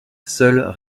seuls